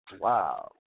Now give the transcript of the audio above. wow